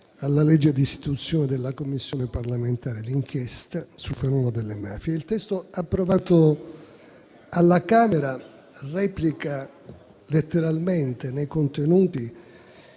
alla legge d'istituzione della Commissione parlamentare d'inchiesta sul fenomeno delle mafie. Il testo approvato alla Camera replica letteralmente nei contenuti